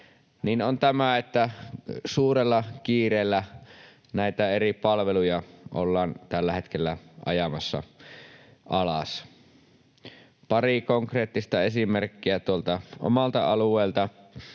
on tämä, että suurella kiireellä näitä eri palveluja ollaan tällä hetkellä ajamassa alas. Pari konkreettista esimerkkiä tuolta omalta alueelta: